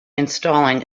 installing